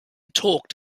talked